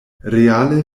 reale